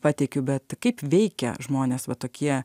pateikiu bet kaip veikia žmones va tokie